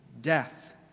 Death